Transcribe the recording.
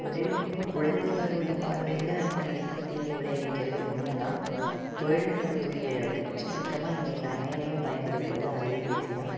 தொழில்நுட்பம் குழந்தைகளோடய பார்வையில் கண்டிப்பாக தீங்கு விளைவிக்கிறது உண்மை தான் தொழில்நுட்பத்துடைய உச்சபட்சமாக இன்றைக்கி அனைவரும் பயன்படுத்துவது அலைபேசி தான்